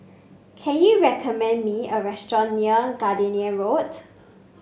can you recommend me a restaurant near Gardenia Road